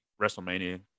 WrestleMania